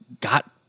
got